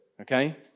okay